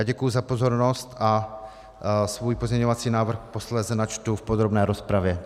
Děkuji za pozornost a svůj pozměňovací návrh posléze načtu v podrobné rozpravě.